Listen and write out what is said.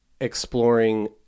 exploring